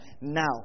Now